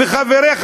וחבריך,